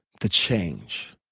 the change.